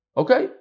okay